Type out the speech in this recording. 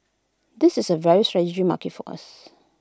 this is A very strategic market for us